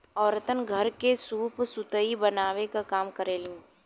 औरतन घर के सूप सुतुई बनावे क काम करेलीन